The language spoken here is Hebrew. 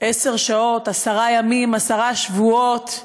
עשר שעות, עשרה ימים, עשרה שבועות,